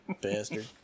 Bastard